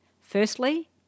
Firstly